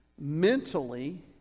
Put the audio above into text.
mentally